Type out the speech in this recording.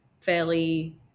fairly